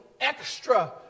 extra